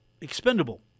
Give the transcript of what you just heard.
expendable